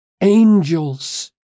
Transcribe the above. angels